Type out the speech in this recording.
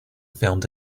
filmed